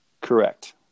Correct